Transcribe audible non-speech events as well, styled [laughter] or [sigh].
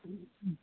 [unintelligible]